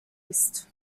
east